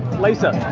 lisa